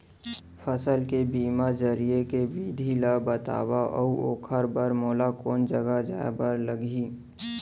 फसल के बीमा जरिए के विधि ला बतावव अऊ ओखर बर मोला कोन जगह जाए बर लागही?